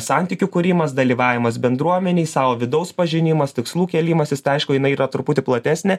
santykių kūrimas dalyvavimas bendruomenėj savo vidaus pažinimas tikslų kėlimasis tai aišku jinai yra truputį platesnė